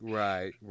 right